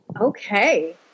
Okay